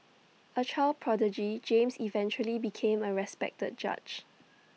A child prodigy James eventually became A respected judge